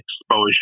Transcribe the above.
exposure